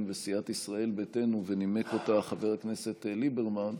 וסיעת ישראל ביתנו ונימק אותה חבר הכנסת ליברמן,